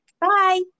bye